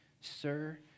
Sir